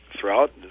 throughout